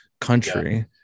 country